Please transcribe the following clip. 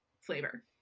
flavor